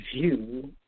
view